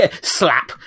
Slap